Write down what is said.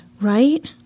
right